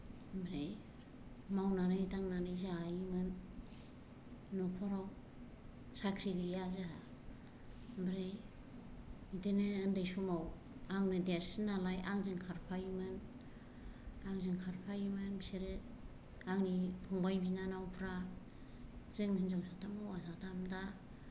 ओमफ्राय मावनानै दांनानै जायोमोन न'खराव साख्रि गैया जोंहा ओमफ्राय बिदिनो उन्दै समाव आंनो देरसिन नालाय आंजों खारफायोमोन आंजों खारफायोमोन बिसोरो आंनि फंबाय बिनानावफ्रा जों हिनजाव साथाम हौवा साथाम दा